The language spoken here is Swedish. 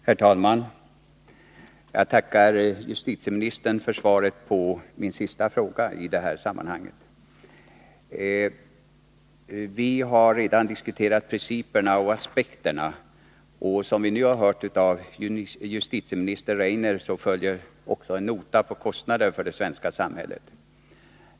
Herr talman! Jag tackar justitieministern för svaret på min sista fråga i det här sammanhanget. Vi har redan diskuterat principerna och de olika aspekterna. Som vi nu har hört från justitieminister Rainer följer också en nota över kostnaderna för det svenska samhället.